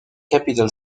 capital